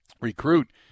recruit –